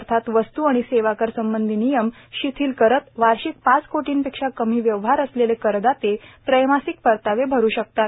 अर्थात वस्तू आणि सेवा कर संबंधी नियम शिथिल करत वार्षिक पाच कोटींपेक्षा कमी व्यवहार असलेले करदाते त्रेमासिक परतावे भरू शकतात